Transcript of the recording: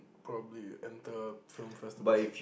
probably enter film festivals